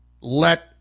let